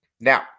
Now